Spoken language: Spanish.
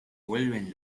vuelven